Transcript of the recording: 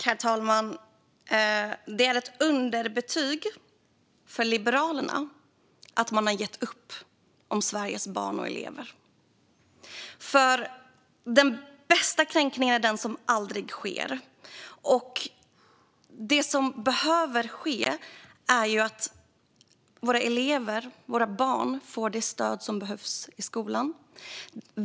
Herr talman! Det är ett underbetyg för Liberalerna att man har gett upp om Sveriges barn och elever. Den bästa kränkningen är den som aldrig sker. Det som behöver ske är att våra elever, våra barn, får det stöd de behöver i skolan.